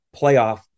playoff